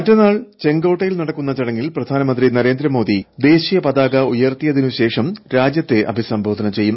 മറ്റന്നാൾ ചെങ്കോട്ടയിൽ നടക്കുന്ന ചടങ്ങിൽ പ്രധാനമന്ത്രി നരേന്ദ്രമോദി ദേശീയപതാക ഉയർത്തിയതിനുശേഷം രാജ്യത്തെ അഭിസംബോധന ചെയ്യും